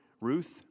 Ruth